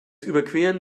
überqueren